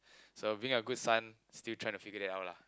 so being a good son still trying to figure it out lah